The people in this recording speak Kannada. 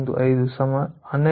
5 12